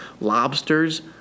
lobsters